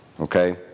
okay